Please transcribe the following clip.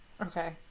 okay